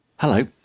Hello